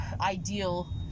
ideal